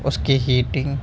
اس کی ہیٹنگ